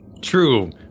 true